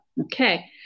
Okay